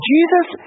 Jesus